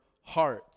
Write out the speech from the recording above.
heart